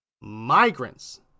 migrants